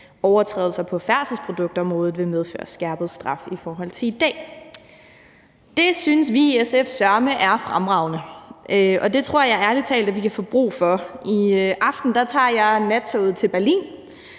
overtrædelser på færdselsproduktområdet vil medføre skærpet straf i forhold til i dag. Det synes vi i SF søreme er fremragende, og det tror jeg ærlig talt vi kan få brug for. I aften tager jeg nattoget til Berlin,